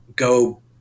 go